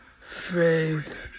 faith